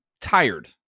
tired